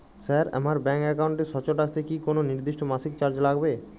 Sir আমার bank একাউন্টটি সচল রাখতে কি কোনো নির্দিষ্ট মাসিক চার্জ লাগবে?